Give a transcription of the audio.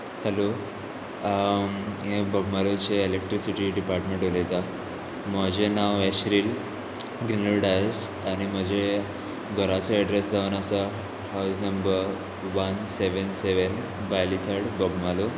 hello हे बोगमालोचे electricity department उलयतां म्हजें नांव येश्रील ग्रिनर डायल्स आनी म्हजे घराचो एड्रेस जावन आसा हावज नंबर वन सेवेन सेवेन बायली थड बोगमालो